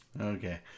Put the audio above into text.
Okay